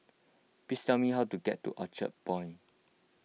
please tell me how to get to Orchard Point